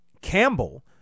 Campbell